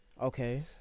Okay